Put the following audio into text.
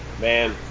man